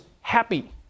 happy